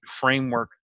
framework